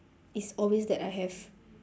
it's always that I have